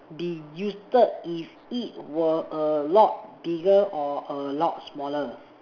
be used if it was a lot bigger or a lot smaller